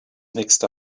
mixed